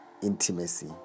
Intimacy